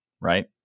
right